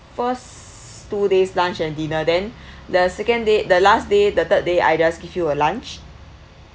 first two days lunch and dinner then the second day the last day the third day I just give you a lunch